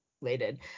related